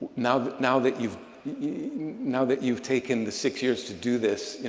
now now that you've now that you've taken the six years to do this,